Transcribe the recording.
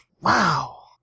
Wow